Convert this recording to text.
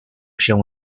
się